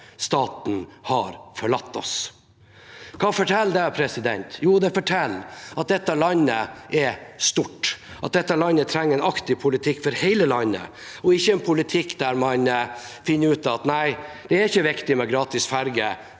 «Staten har forlatt oss». Hva forteller det? Jo, det forteller at dette landet er stort, og at man trenger en aktiv politikk for hele landet – ikke en politikk der man finner ut at det ikke er viktig med gratis ferje